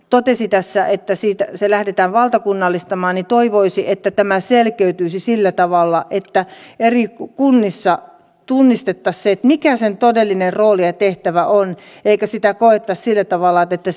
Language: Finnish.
totesi tässä että sitä lähdetään valtakunnallistamaan toivoisi että tämä selkeytyisi sillä tavalla että eri kunnissa tunnistettaisiin se mikä sen todellinen rooli ja tehtävä on eikä sitä koettaisi sillä tavalla että